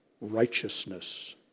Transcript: righteousness